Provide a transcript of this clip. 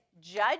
judge